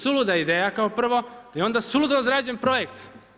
Suluda ideja kao prvo i onda suludo izrađen projekt.